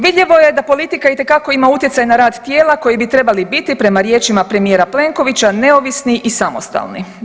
Vidljivo je da politika itekako ima utjecaj na rad tijela koji bi trebali biti prema riječima premijera Plenkovića neovisni i samostalni.